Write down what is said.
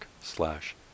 slash